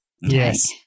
yes